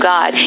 God